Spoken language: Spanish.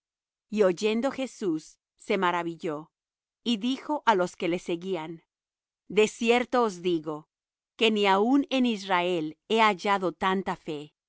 y oyendo jesús se maravilló y dijo á los que le seguían de cierto os digo que ni aun en israel he hallado fe